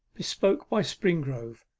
bespoken by springrove,